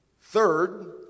Third